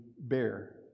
bear